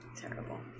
terrible